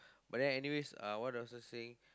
but then anyways uh what was I saying